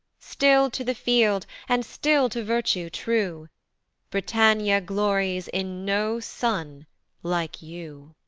still to the field, and still to virtue true britannia glories in no son like you.